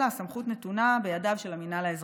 אלא הסמכות נתונה בידיו של המינהל האזרחי.